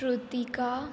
Shrutika